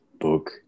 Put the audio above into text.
book